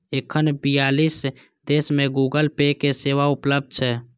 एखन बियालीस देश मे गूगल पे के सेवा उपलब्ध छै